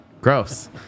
Gross